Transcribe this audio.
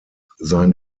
sein